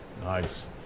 Nice